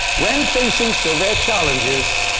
when facing severe challenges,